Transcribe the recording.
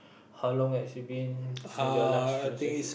how long has it been since your last relationship